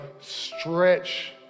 stretch